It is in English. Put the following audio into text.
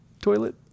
toilet